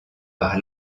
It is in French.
par